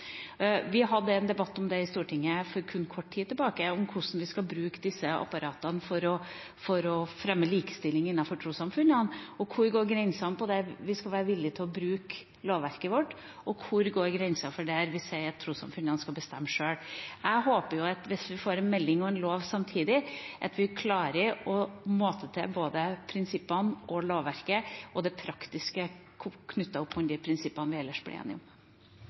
Vi hadde en debatt i Stortinget for kun kort tid tilbake om hvordan vi skal bruke disse apparatene for å fremme likestilling innenfor trossamfunnene, og hvor grensa går der vi skal være villig til å bruke lovverket vårt, og hvor grensa går der vi sier at det skal trossamfunnene få bestemme sjøl. Jeg håper at hvis vi får en melding og en lov samtidig, klarer vi å måte til både prinsippene og lovverket og det praktiske knyttet til de prinsippene vi ellers blir enige om.